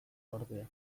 ordea